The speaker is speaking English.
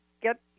get